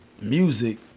music